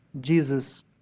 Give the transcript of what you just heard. Jesus